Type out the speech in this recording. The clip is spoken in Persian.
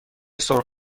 سرخ